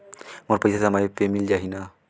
मोर पइसा समय पे मिल जाही न?